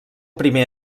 primer